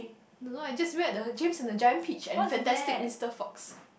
don't know I just read the James-and-the-Giant-Peach and Fantastic-Mister-Fox